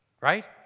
Right